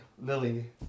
lily